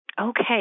Okay